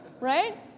right